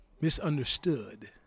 misunderstood